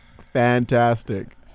fantastic